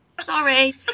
Sorry